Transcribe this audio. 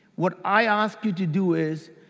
what i ask you to do is,